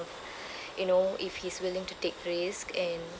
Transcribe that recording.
you know if he's willing to take risk and